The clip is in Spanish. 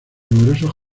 numerosos